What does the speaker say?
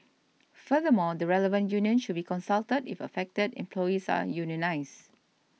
furthermore the relevant union should be consulted if affected employees are unionised